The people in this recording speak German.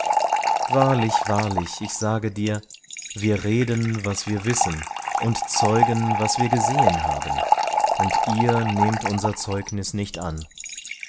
wahrlich wahrlich ich sage dir wir reden was wir wissen und zeugen was wir gesehen haben und ihr nehmt unser zeugnis nicht an